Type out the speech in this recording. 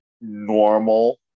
normal